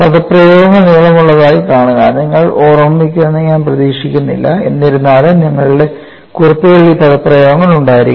പദപ്രയോഗങ്ങൾ നീളമുള്ളതായി കാണുക നിങ്ങൾ ഓർമ്മിക്കുമെന്ന് ഞാൻ പ്രതീക്ഷിക്കുന്നില്ല എന്നിരുന്നാലും നിങ്ങളുടെ കുറിപ്പുകളിൽ ഈ പദപ്രയോഗങ്ങൾ ഉണ്ടായിരിക്കണം